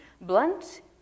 blunt